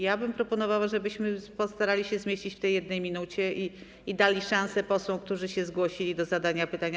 Ja bym proponowała, żebyśmy postarali się zmieścić w tej 1 minucie i dali szansę posłom, którzy się zgłosili do zadania pytania.